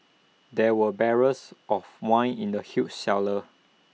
there were barrels of wine in the huge cellar